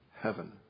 Heaven